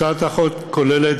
הצעת החוק כוללת,